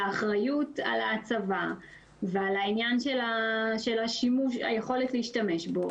שהאחריות על ההצבה ועל העניין של היכולת להשתמש בו,